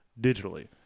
digitally